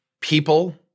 people